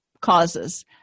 causes